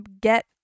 get